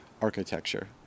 architecture